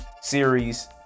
Series